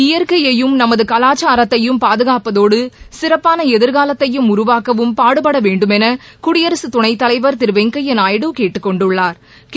இயற்கையையும் நமது கலாச்சாரத்தையும் பாதுகாப்பதோடு சிறப்பான எதிர்காலத்தை உருவாக்கவும் பாடுபட வேண்டுமென குடியரசு துணைத்தலைவா் திரு வெங்கையா நாயுடு கேட்டுக் கொண்டுள்ளாா்